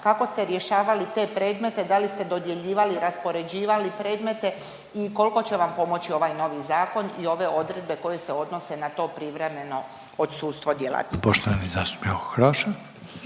kako ste rješavali te predmete, da li ste dodjeljivali, raspoređivali predmete i koliko će vam pomoći ovaj novi zakon i ove odredbe koje se odnose na to privremeno odsustvo djelatnika?